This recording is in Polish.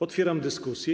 Otwieram dyskusję.